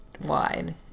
wide